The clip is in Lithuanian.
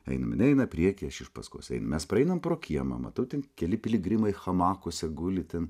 einam ji eina priekyje aš iš paskos einu mes praeinam pro kiemą matau ten keli piligrimai hamakuose guli ten